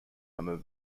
under